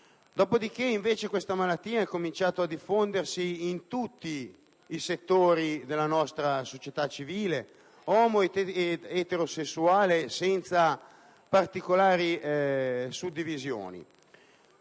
Dopodiché, questa malattia ha cominciato a diffondersi in tutti i settori della nostra società civile, omo ed eterosessuale, senza particolari suddivisioni.